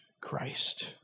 Christ